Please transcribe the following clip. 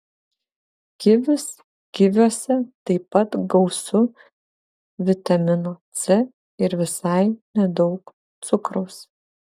kivius kiviuose taip pat gausu vitamino c ir visai nedaug cukraus